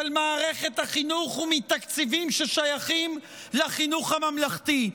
מערכת החינוך ומתקציבים ששייכים לחינוך הממלכתי.